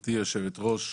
גברתי היושבת ראש,